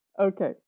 Okay